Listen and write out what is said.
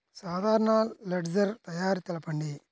సాధారణ లెడ్జెర్ తయారి తెలుపండి?